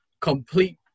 complete